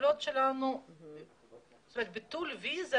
ביטול אשרה,